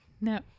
no